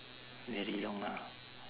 very long lah